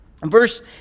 verse